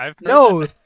No